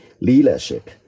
leadership